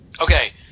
Okay